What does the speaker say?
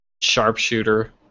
sharpshooter